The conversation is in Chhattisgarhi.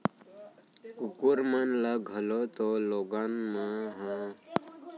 कुकुर मन ल घलौक तो लोगन मन ह कतका नसल के पोसथें, जेन मनसे मन ल जेन कुकुर के नसल ह बने लगथे ओमन ह वोई कुकुर ल पोसथें